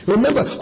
Remember